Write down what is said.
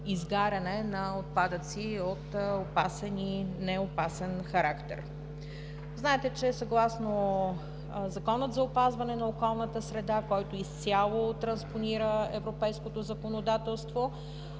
изгаряне на отпадъци от опасен и неопасен характер. Знаете, че съгласно Закона за опазване на околната среда, който изцяло транспонира европейското законодателство